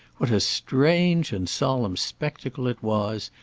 what a strange and solemn spectacle it was,